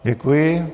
Děkuji.